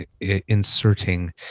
inserting